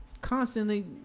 constantly